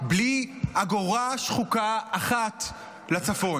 בלי אגורה שחוקה אחת לצפון.